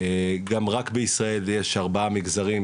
גם רק בישראל יש ארבעה מגזרים,